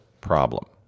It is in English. problem